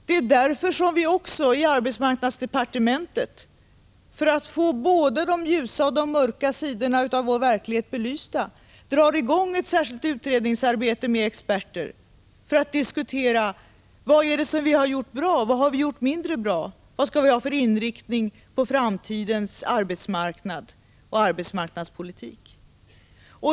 Det är också därför vi i arbetsmarknadsdepartementet, för att få både de ljusa och mörka sidorna av vår verklighet belysta, drar i gång ett särskilt utredningsarbete med experter för att diskutera vad vi har gjort bra och vad vi gjort mindre bra och vad vi skall ha för inriktning på framtidens arbetsmarknad och arbetsmarknadspolitik.